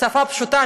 בשפה פשוטה,